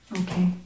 okay